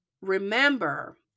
Remember